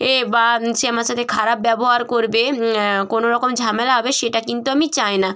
এ বা সে আমার সাথে খারাপ ব্যবহার করবে কোনো রকম ঝামেলা হবে সেটা কিন্তু আমি চাই না